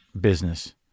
business